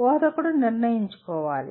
బోధకుడు నిర్ణయించుకోవాలి